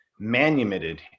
manumitted